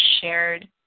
shared